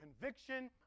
conviction